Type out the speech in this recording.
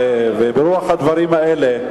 ברוח הדברים האלה,